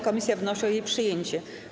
Komisja wnosi o jej przyjęcie.